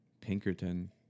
Pinkerton